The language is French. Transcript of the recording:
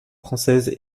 françaises